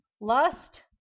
Lust